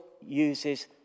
uses